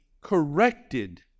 corrected